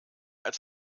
als